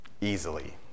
Easily